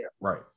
Right